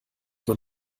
man